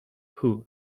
who